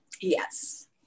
Yes